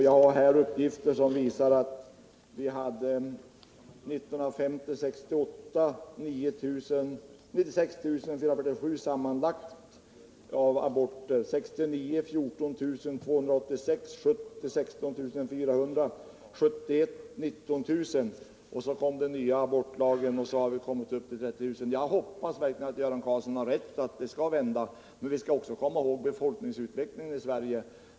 Jag har här uppgifter som visar att vi åren 1950-1968 hade sammanlagt 96 447 aborter, 14 286 aborter år 1969, 16 400 år 1970 och 19 000 år 1971. Sedan den nya abortlagen tillkom har siffrorna stigit till 30 000. Jag hoppas verkligen att Göran Karlsson har rätt när han säger att trenden kommer att vända. Men vi bör också tänka på befolkningsutvecklingen i Sverige.